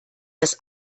das